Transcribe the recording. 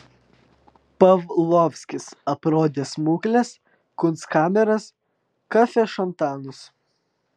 pavlovskis aprodė smukles kunstkameras kafešantanus